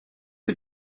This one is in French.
que